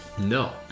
no